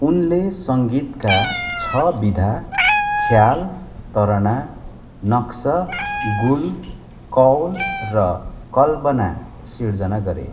उनले सङ्गीतका छ विधा ख्याल तराना नक्श गुल कौल र कल्बाना सिर्जना गरे